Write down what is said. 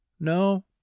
no